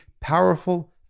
powerful